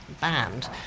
banned